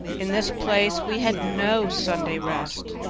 in this place we had no sunday rest,